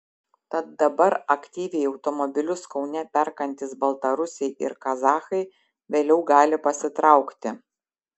tad dabar aktyviai automobilius kaune perkantys baltarusiai ir kazachai vėliau gali pasitraukti